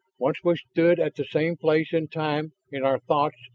once we stood at the same place in time in our thoughts,